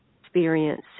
experience